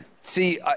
See